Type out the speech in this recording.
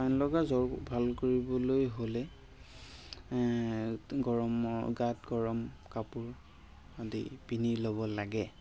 পানীলগা জ্বৰ ভাল কৰিবলৈ হ'লে গৰমৰ গাত গৰম কাপোৰ আদি পিন্ধি ল'ব লাগে